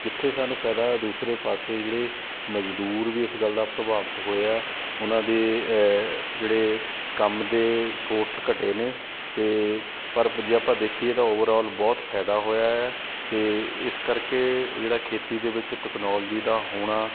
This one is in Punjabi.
ਜਿੱਥੇ ਸਾਨੂੰ ਫਾਇਦਾ ਦੂਸਰੇ ਪਾਸੇ ਜਿਹੜੇ ਮਜ਼ਦੂਰ ਵੀ ਇਸ ਗੱਲ ਦਾ ਪ੍ਰਭਾਵਿਤ ਹੋਏ ਆ ਉਹਨਾਂ ਦੇ ਜਿਹੜੇ ਕੰਮ ਦੇ ਸੋਰਸ ਘਟੇ ਨੇ ਅਤੇ ਪਰ ਜੇ ਆਪਾਂ ਦੇਖੀਏ ਤਾਂ ਓਵਰਆਲ ਬਹੁਤ ਫਾਇਦਾ ਹੋਇਆ ਆ ਅਤੇ ਇਸ ਕਰਕੇ ਜਿਹੜਾ ਖੇਤੀ ਦੇ ਵਿੱਚ ਟੈਕਨੋਲਜੀ ਦਾ ਹੋਣਾ